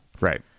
Right